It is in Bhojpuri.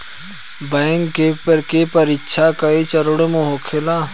बैंक के परीक्षा कई चरणों में होखेला